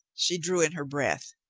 she drew in her breath.